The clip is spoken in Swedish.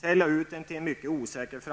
Framtiden ter sig mycket osäker för